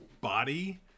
body